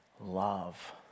love